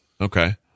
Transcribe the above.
okay